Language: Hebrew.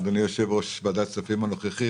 אדוני יושב-ראש ועדת הכספים הנוכחי,